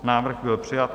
Návrh byl přijat.